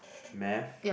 math